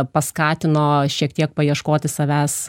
paskatino šiek tiek paieškoti savęs